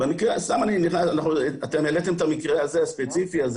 סתם אתם העלאתם את המקרה הזה ספציפית,